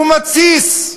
הוא מתסיס,